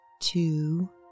two